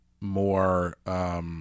more